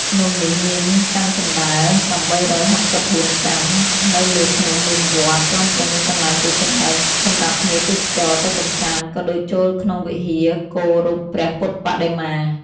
ភ្នំនេះមានកាំជណ្ដើរ៨៦៤កាំ នៅលើភ្នំមានវត្ត ព្រមទាំងមានកន្លែងជាច្រើនសំរាប់ភ្ញៀវទេសចរទៅកំសាន្តក៏ដូចចូលក្នុងវិហារគោរពព្រះពុទ្ធបដិមា។